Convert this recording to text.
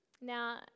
Now